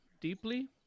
deeply